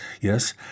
yes